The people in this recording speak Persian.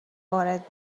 وارد